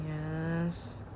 Yes